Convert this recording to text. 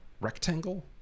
rectangle